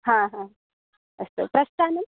हा हा अस्तु प्रस्तानं